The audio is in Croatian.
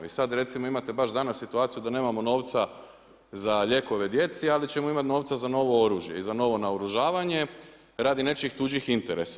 I sada recimo imate baš danas situaciju da nemamo novca za lijekove djeci, ali ćemo imati novaca za novo oružje i za novo naoružavanje radi nečijih tuđih interesa.